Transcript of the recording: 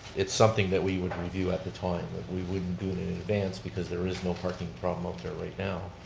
it's something that we would review at the time but we wouldn't do it in advance because there is no parking problem up there right now.